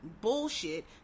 bullshit